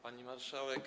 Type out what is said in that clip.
Pani Marszałek!